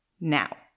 Now